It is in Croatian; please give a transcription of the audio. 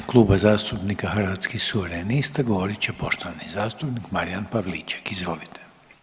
U ime Kluba zastupnika Hrvatskih suverenista govorit će poštovani zastupnik Marijan Pavliček, izvolite.